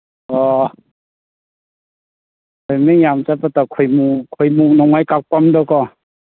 ꯑꯣ ꯃꯃꯤꯡ ꯌꯥꯝ ꯆꯠꯄ ꯇꯥ ꯈꯣꯏꯃꯨ ꯈꯣꯏꯃꯨ ꯅꯣꯡꯃꯩꯀꯥꯞꯄꯝꯗꯣꯀꯣ